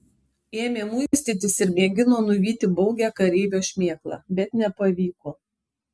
ėmė muistytis ir mėgino nuvyti baugią kareivio šmėklą bet nepavyko